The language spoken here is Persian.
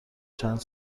چند